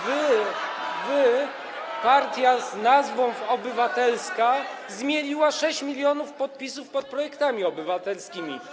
Wy, partia z nazwą „obywatelska”, zmieliliście 6 mln podpisów pod projektami obywatelskimi.